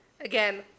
Again